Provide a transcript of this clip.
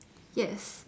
yes